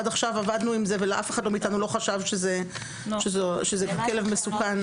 עד עכשיו עבדנו עם זה ואף אחד מאתנו לא חשב שזה כלב מסוכן.